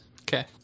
Okay